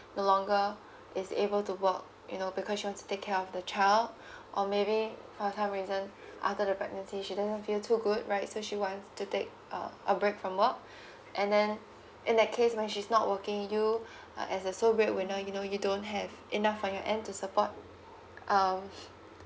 no longer is able to work you know because she wants to take care of the child or maybe for some reason after the pregnancy she didn't feel too good right so she wants to take a a break from work and then in that case when she's not working you ah as a sole breadwinner you know you don't have enough on your end to support um